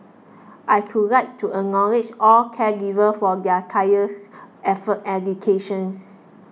I could like to acknowledge all caregivers for their tireless efforts and dedication